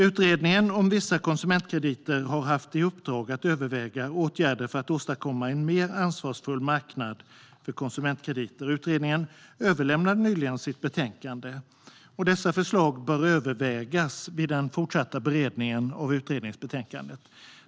Utredningen om vissa konsumentkrediter har haft i uppdrag att överväga åtgärder för att åstadkomma en mer ansvarsfull marknad för konsumentkrediter. Utredningen överlämnade nyligen sitt betänkande. Dessa förslag bör övervägas vid den fortsatta beredningen av utredningsbetänkandet.